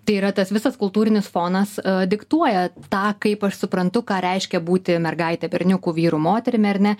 tai yra tas visas kultūrinis fonas diktuoja tą kaip aš suprantu ką reiškia būti mergaite berniuku vyru moterimi ar ne